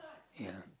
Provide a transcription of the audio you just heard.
yeah